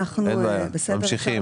אין בעיה, ממשיכים.